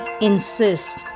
insist